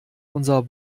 unser